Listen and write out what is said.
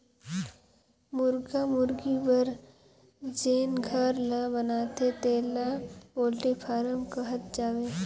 मुरगा मुरगी बर जेन घर ल बनाथे तेला पोल्टी फारम कहल जाथे